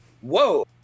whoa